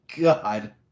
God